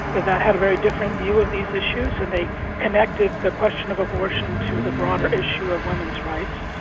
that had a very different view of these issues and they connected the question of abortion to the broader issue of women's rights,